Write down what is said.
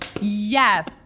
Yes